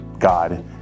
God